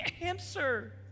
answer